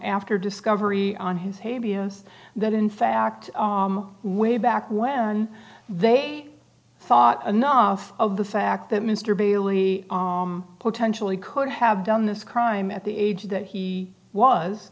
after discovery on his hey b s that in fact way back when they thought enough of the fact that mr bailey potentially could have done this crime at the age that he was